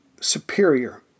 superior